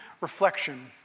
reflection